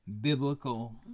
biblical